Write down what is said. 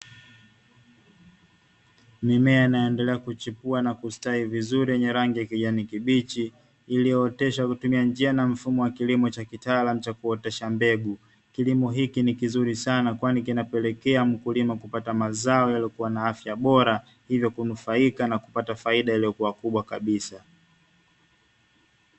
Mimea inayoendelea kuchipua na kustawi vizuri yenye rangi ya kijani kibichi iliyooteshwa kwa kutumia njia na mfumo wa kilimo cha kitaalamu cha kuotesha mbegu. Kilimo hiki ni kizuri sana kwani kinapelekea mkulima kupata mazao yaliyokuwa na afya bora hivyo kunufaika na kupata faida iliyokua kubwa kabisa.